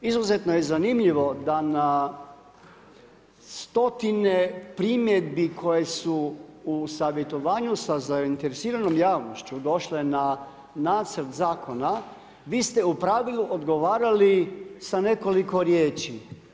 Izuzetno je zanimljivo da na stotine primjedbi koje su u savjetovanju sa zainteresiranom javnošću došle na nacrt zakona, vi ste u pravilu odgovarali sa nekoliko riječi.